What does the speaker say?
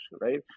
right